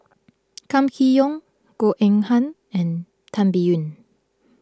Kam Kee Yong Goh Eng Han and Tan Biyun